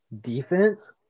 Defense